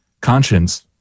conscience